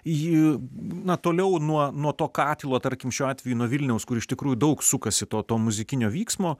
ji na toliau nuo nuo to katilo tarkim šiuo atveju nuo vilniaus kur iš tikrųjų daug sukasi to to muzikinio vyksmo